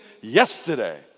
yesterday